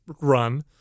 run